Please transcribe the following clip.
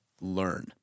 learn